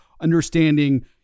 understanding